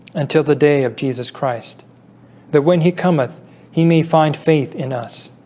until the day of jesus christ that when he cometh he may find faith in us